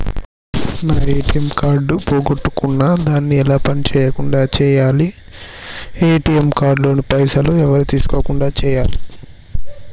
నా ATM card పోగొట్టుకున్నా దాన్ని ఎలా పని చేయకుండా చేయాలి ఏ.టి.ఎమ్ కార్డు లోని పైసలు ఎవరు తీసుకోకుండా చేయాలి?